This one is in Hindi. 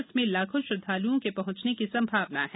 इसमें लाखों श्रद्वालुओं के पहॅचने की संभावना है